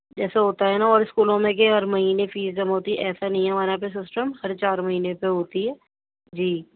جیسے ہوتا ہے نا اور اسکولوں میں کہ ہر مہینہ فیس جمع ہوتی ہے ایسا نہیں ہے ہمارے یہاں پر سسٹم ہر چار مہینے پہ ہوتی ہے جی